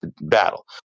battle